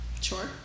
Sure